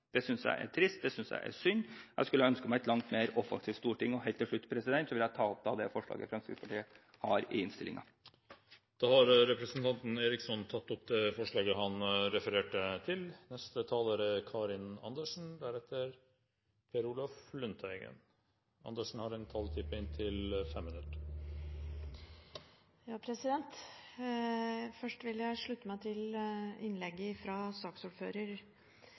diskrimineringen, synes jeg er trist, og jeg synes det er synd. Jeg skulle ønske meg et langt mer offensivt storting. Helt til slutt vil jeg ta opp det forslaget Fremskrittspartiet har i innstillingen. Representanten Robert Eriksson har tatt opp det forslaget han refererte til. Først vil jeg slutte meg til